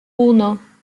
uno